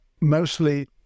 mostly